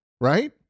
right